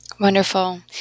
Wonderful